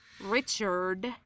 Richard